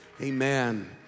Amen